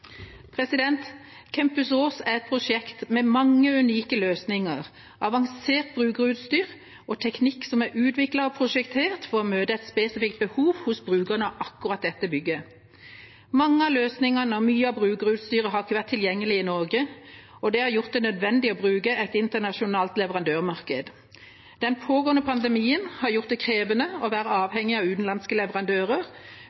er et prosjekt med mange unike løsninger, avansert brukerutstyr og teknikk som er utviklet og prosjektert for å møte et spesifikt behov hos brukerne av akkurat dette bygget. Mange av løsningene og mye av brukerutstyret har ikke vært tilgjengelig i Norge, og det har gjort det nødvendig å bruke et internasjonalt leverandørmarked. Den pågående pandemien har gjort det krevende å være